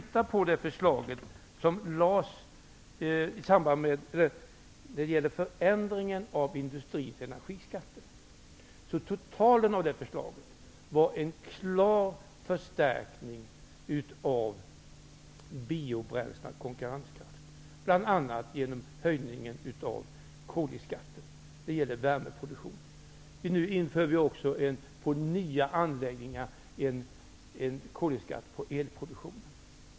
Totalen av det förslag som framlades i samband med förändringen av industrins energiskatter var en klar förstärkning av biobränslenas konkurrenskraft, bl.a. genom höjningen av koldioxidskatten när det gäller värmeproduktion. Vi införde också för nya anläggningar en koldioxidskatt på elproduktion.